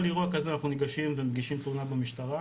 אירוע כזה אנחנו ניגשים ומגישים תלונה במשטרה,